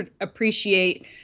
appreciate